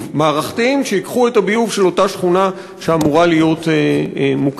מערכתיים שייקחו את הביוב של אותה שכונה שאמורה להיות מוקמת.